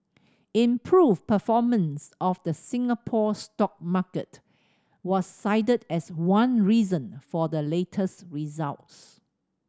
improved performance of the Singapore stock market was cited as one reason for the latest results